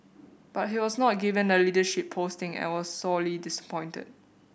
but he was not given a leadership posting and was sorely disappointed